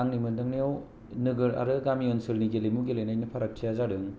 आंनि मोन्दांनायाव नोगोर आरो गामि ओनसोलनि गेलेमु गेलेनायनि फारागथिया जादों